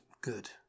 good